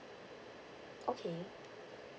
okay